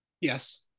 Yes